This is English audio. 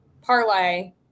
parlay